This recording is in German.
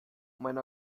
mein